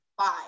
five